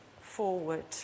forward